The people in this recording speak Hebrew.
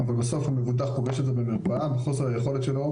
אבל בסוף המבוטח פוגש את זה במרפאה בחוסר היכולת שלו